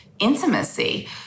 intimacy